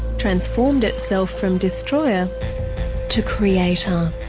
transformed itself from destroyer to creator.